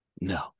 No